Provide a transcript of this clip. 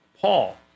Paul